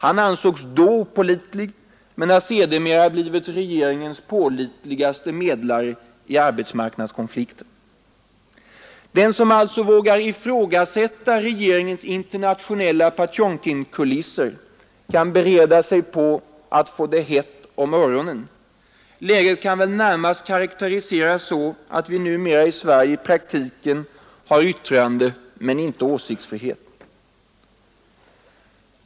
Han ansågs då ”opålitlig”, men har sedermera blivit regeringens pålitligaste medlare i arbetsmarknadskonflikter. Den som alltså vågar ifrågasätta regeringens internationella Potemkinkulisser kan bereda sig på att få det hett om öronen. Läget kan väl närmast karakteriseras så, att vi numera i Sverige i praktiken har yttrandemen inte åsiktsfrihet.